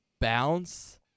bounce